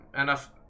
enough